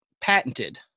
patented